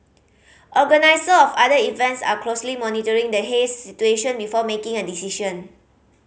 organiser of other events are closely monitoring the haze situation before making a decision